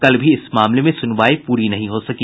कल भी इस मामले में सुनवाई पूरी नहीं हो सकी